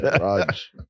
Raj